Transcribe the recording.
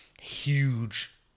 huge